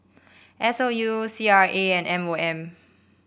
S O U C R A and M O M